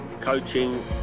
coaching